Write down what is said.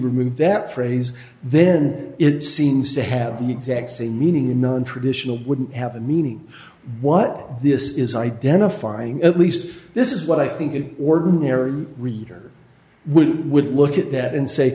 remove that phrase then it seems to have a meaning in nontraditional wouldn't have a meaning what this is identifying at least this is what i think it ordinary reader would would look at that and say